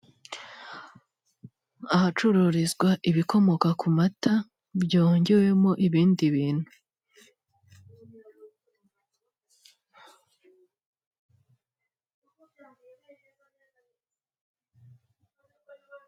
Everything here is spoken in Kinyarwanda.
Ahacururizwa ibikomoka ku mata byongewemo ibindi bintu.